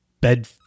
bed